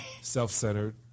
self-centered